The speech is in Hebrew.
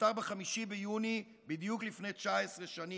שנפטר ב-5 ביוני בדיוק לפני 19 שנים.